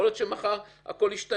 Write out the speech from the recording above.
יכול להיות שמחר הכול ישתנה.